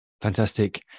fantastic